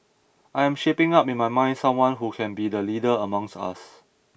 I am shaping up in my mind someone who can be the leader amongst us